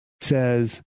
says